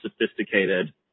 sophisticated